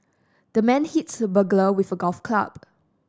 the man hits the burglar with a golf club